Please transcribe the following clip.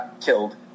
killed